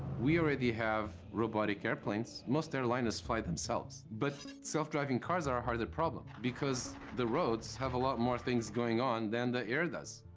we already have robotic airplanes. most airliners fly themselves, but self-driving cars ah a harder problem because the roads have a lot more things going on than the air does,